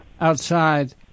outside